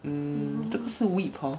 mm 这个是 weep hor